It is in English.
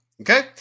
Okay